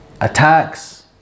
attacks